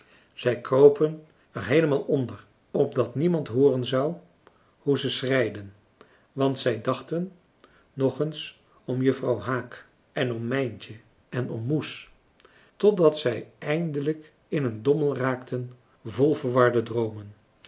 zij kropen er heelemaal onder opdat niemand hooren zou hoe ze schreiden want zij dachten nog eens om vrouw haak en om mijntje en om moes totdat zij eindelijk in een dommel raakten vol verwarde droomen